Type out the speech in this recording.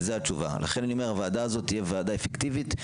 לכן הוועדה הזאת תהיה ועדה אפקטיבית.